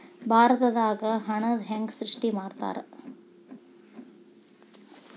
ಭಾರತದಾಗ ಹಣನ ಹೆಂಗ ಸೃಷ್ಟಿ ಮಾಡ್ತಾರಾ